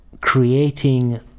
Creating